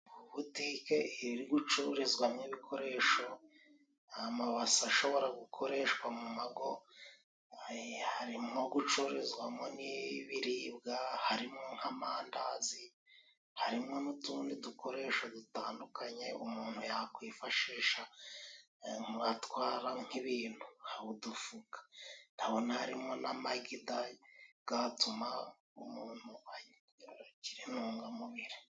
Butike iri gucururizwa mwo ibikoresho amabasa ashobora gukoreshwa mu mago, harimo gucururizwamo n'ibiribwa harimo nk'amandazi harimo n'utundi dukoresho dutandukanye umuntu yakwifashisha atwara nk'ibintu. Haba udufuka. Ndabona harimo n'amagi da gatuma umuntu agira intungamubiri.